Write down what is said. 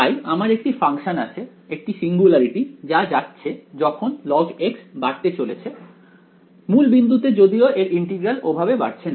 তাই আমার একটি ফাংশান আছে একটি সিঙ্গুলারিটি যা যাচ্ছে যখন log বাড়তে চলেছে মূল বিন্দুতে যদিও এর ইন্টিগ্রাল ওভাবে বাড়ছে না